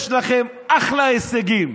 יש לכם אחלה הישגים.